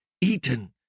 eaten